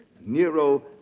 Nero